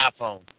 iPhone